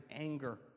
anger